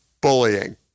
bullying